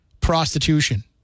prostitution